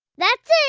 that's it.